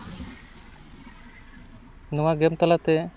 ᱱᱚᱣᱟ ᱜᱮᱢ ᱛᱟᱞᱟ ᱛᱮ